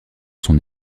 son